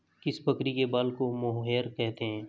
किस बकरी के बाल को मोहेयर कहते हैं?